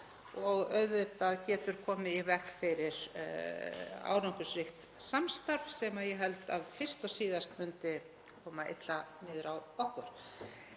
auðvitað komið í veg fyrir árangursríkt samstarf, sem ég held að fyrst og síðast myndi koma illa niður á okkur.